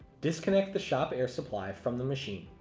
disconnect the shop air supply from the machine.